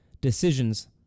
decisions